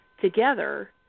together